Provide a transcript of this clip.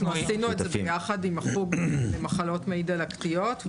אנחנו עשינו את זה ביחד עם החוג למחלות מעי דלקתיות.